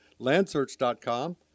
landsearch.com